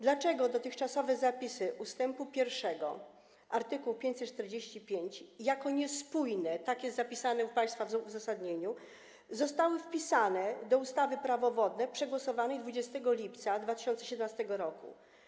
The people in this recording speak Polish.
Dlaczego dotychczasowe zapisy ust. 1 art. 545 jako niespójne - tak jest zapisane u państwa w uzasadnieniu - zostały wpisane do ustawy Prawo wodne przegłosowanej 20 lipca 2017 r.